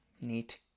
Neat